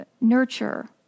nurture